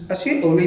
ya loh